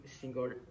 single